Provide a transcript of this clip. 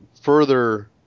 Further